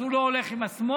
אז הוא לא הולך עם השמאל?